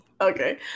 Okay